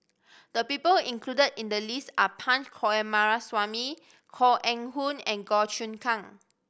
the people included in the list are Punch Coomaraswamy Koh Eng Hoon and Goh Choon Kang